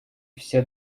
все